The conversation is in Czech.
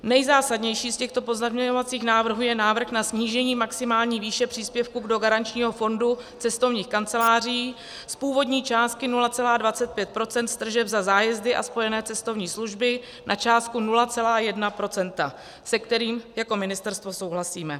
Nejzásadnější z těchto pozměňovacích návrhů je návrh na snížení maximální výše příspěvku do garančního fondu cestovních kanceláří z původní částky 0,25 % z tržeb za zájezdy a spojené cestovní služby na částku 0,1 %, se kterým jako ministerstvo souhlasíme.